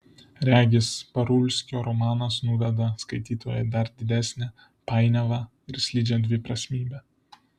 regis parulskio romanas nuveda skaitytoją į dar didesnę painiavą ir slidžią dviprasmybę